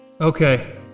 Okay